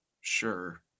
Sure